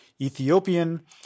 Ethiopian